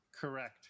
correct